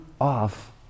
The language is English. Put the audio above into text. off